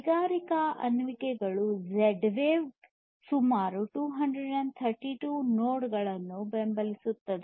ಕೈಗಾರಿಕಾ ಅನ್ವಯಿಕೆಗಳು Z wave ಸುಮಾರು 232 ನೋಡ್ಗಳನ್ನು ಬೆಂಬಲಿಸುತ್ತದೆ